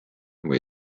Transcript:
või